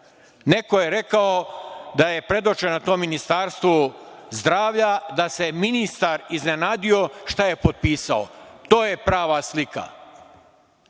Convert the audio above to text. je rekao da je predočeno tom Ministarstvu zdravlja da se ministar iznenadio šta je potpisao. To je prava slika,